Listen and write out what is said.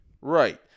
Right